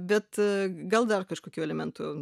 bet gal dar kažkokių elementų